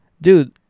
dude